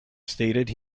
stated